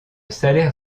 salaire